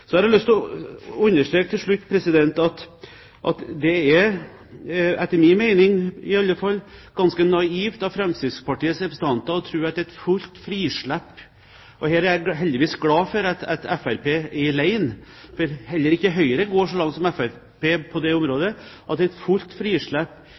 har jeg lyst til å understreke at det – etter min mening i alle fall – er ganske naivt av Fremskrittspartiets representanter å tro – og her er jeg glad for at Fremskrittspartiet heldigvis står alene, for heller ikke Høyre går så langt som Fremskrittspartiet på det